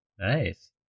nice